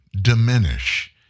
diminish